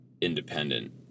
independent